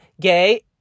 Gay